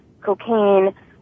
cocaine